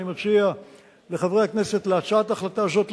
אני מציע לחברי הכנסת להתנגד להצעת ההחלטה הזאת.